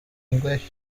english